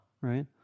right